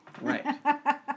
Right